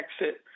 exit